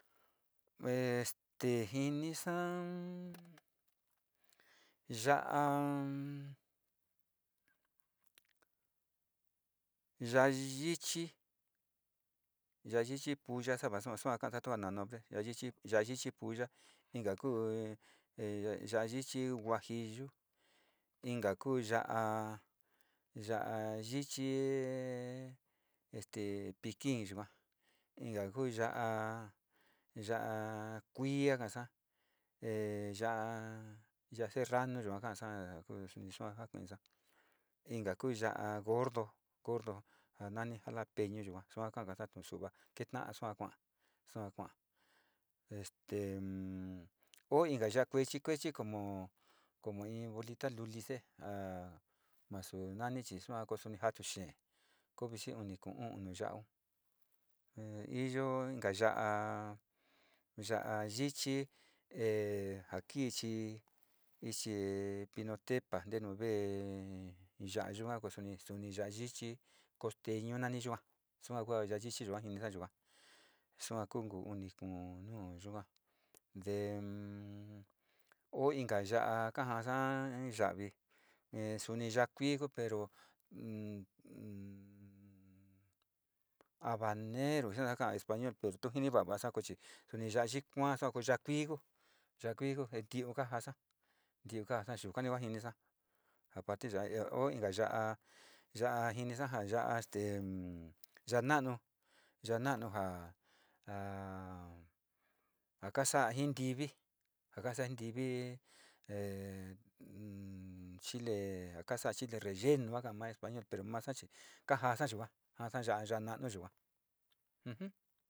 Este jinisa ya'a yichi, ya'a yichi puya saa vasa, sua kaasa tua na nombre ya'a yichi pulla, inka kuv ya'a yichi guajiyu inka kuu ya'a yichi este pikin yukaa, inka kuu ya'a, ya'a kui ka ka'asa e ya'a serrano kasa, suni sua jakuinisa inka kuo ya'a gordo, gordo, ja nani jalapeñu yuka sua ka'asa ka'a tu'u su'uva keta'a sua kua'a, sua kua'a este e inta ya'a kui kuechi como, como in bolita luuli seé a nasu nani koo suni jatu xee ko vi xi uni, ku'u, u'un nu ya'aun iyo inka ya'a vichi o ja kii ichi pinotepa ntenu vee yuga suni, suni ya'a yichi costeñu nani yuka saa nani yuka jinisa yuka, sua ku, uu, uni kuú nu yuka te o inka ya'a kaja'asa ya'avi, suni ya'a kui ku pero nn, abanero xi nasa ka ka'a español pero tu jini va'a vasa chi suni ya'a yichi kua sua ku, ko ya'a kuii kuu, yua'a kui kuu, kiu kajasa, kiu ka yukani jinisa ja parti ya o inka ya'a jinisa ja ya'a este ya'a na'anu, ya'a na'nu ja, ja kasa'aji ntivi, chile ja kasa'a chile relleno ja ka'a ma español masa chi ka jaasa yuka ja'asa ya'a na'anu yuka.